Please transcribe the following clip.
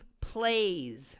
plays